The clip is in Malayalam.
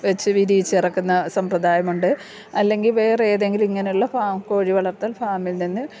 വച്ചു വിരിയിച്ചു ഇറക്കുന്ന സമ്പ്രദായമുണ്ട് അല്ലെങ്കിൽ വേറെ ഏതെങ്കിലും ഇങ്ങനെയുള്ള ഫ കോഴി വളർത്തൽ ഫാമിൽ നിന്ന്